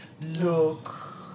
Look